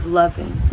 loving